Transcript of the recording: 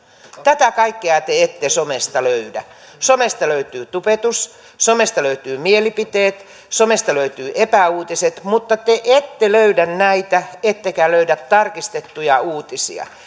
tätä kaikkea te ette somesta löydä somesta löytyy tubetus somesta löytyy mielipiteet somesta löytyy epäuutiset mutta te ette löydä näitä ettekä löydä tarkistettuja uutisia